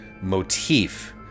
motif